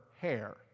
hair